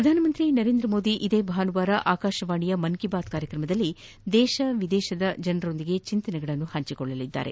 ಪ್ರಧಾನಮಂತ್ರಿ ನರೇಂದ್ರ ಮೋದಿ ಇದೇ ಭಾನುವಾರ ಆಕಾಶವಾಣಿಯ ತಮ್ನ ಮನ್ ಕೀ ಬಾತ್ ಕಾರ್ಯಕ್ರಮದಲ್ಲಿ ದೇಶ ಮತ್ತು ವಿದೇಶದ ಜನರೊಂದಿಗೆ ಚಿಂತನೆಯನ್ನು ಹಂಚಿಕೊಳ್ಳಲಿದ್ದಾರೆ